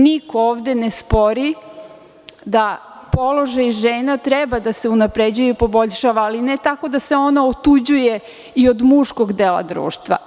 Niko ovde ne spori da položaj žena treba da se unapređuje i poboljšava, ali ne tako da se ona otuđuje i od muškog dela društva.